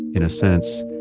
in a sense,